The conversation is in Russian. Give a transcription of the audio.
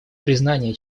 признания